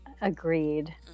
Agreed